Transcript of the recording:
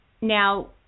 now